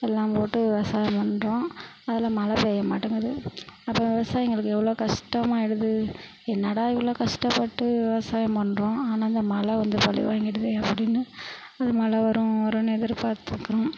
எல்லாம் போட்டு விவசாயம் பண்ணுறோம் அதில் மழை பெய்யமாட்டேங்கிது அப்புறம் விவசாயிங்களுக்கு எவ்வளோ கஷ்டமாகிடுது என்னடா இவ்வளோ கஷ்டப்பட்டு விவசாயம் பண்ணுறோம் ஆனால் அந்த மழை வந்து பழிவாங்கிடுதே அப்படின்னு அது மழை வரும் வரும்னு எதிர்பார்த்துருக்குறோம்